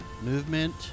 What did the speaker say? movement